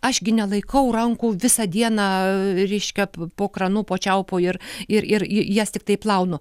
aš gi nelaikau rankų visą dieną reiškia po kranu po čiaupu ir ir ir ir jas tiktai plaunu